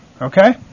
Okay